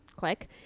Click